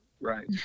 right